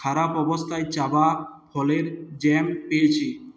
খারাপ অবস্থার চাবা ফলের জ্যাম পেয়েছি